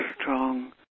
strong